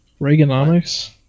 Reaganomics